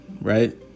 right